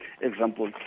example